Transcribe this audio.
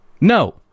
No